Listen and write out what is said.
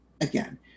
again